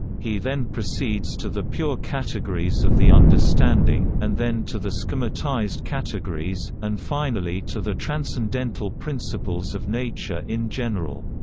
he then proceeds to the pure categories of the understanding, and then to the so schematized categories, and finally to the transcendental principles of nature in general.